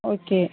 okay